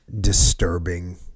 disturbing